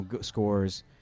scores